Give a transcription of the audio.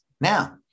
Now